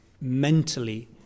mentally